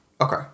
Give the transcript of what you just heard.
Okay